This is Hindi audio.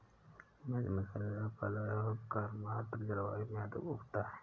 मिर्च मसालेदार फल है और गर्म आर्द्र जलवायु में उगता है